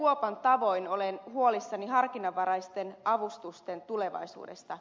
kuopan tavoin olen huolissani harkinnanvaraisten avustusten tulevaisuudesta